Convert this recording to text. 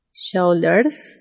shoulders